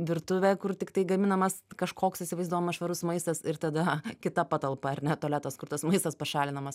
virtuvė kur tiktai gaminamas kažkoks įsivaizduojamas švarus maistas ir tada kita patalpa ar ne tualetas kur tas maistas pašalinamas